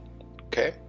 Okay